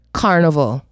carnival